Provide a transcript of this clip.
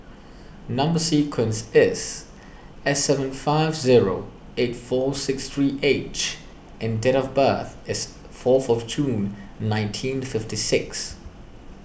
Number Sequence is S seven five zero eight four six three H and date of birth is fourth of June nineteen fifty six